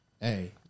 Hey